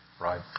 Right